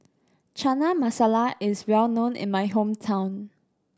Chana Masala is well known in my hometown